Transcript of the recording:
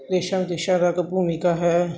ਦੇਸ਼ਾਂ ਵਿਦੇਸ਼ਾਂ ਤੱਕ ਭੂਮਿਕਾ ਹੈ